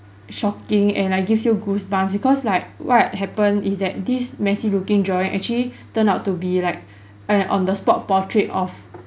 shocking and like gives you goosebumps because like what happened is that these messy looking drawing actually turned out to be like an on the spot portrait of